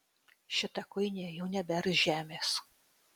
šita kuinė jau nebears žemės